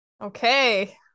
Okay